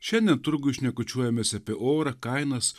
šiandien turguj šnekučiuojamės apie orą kainas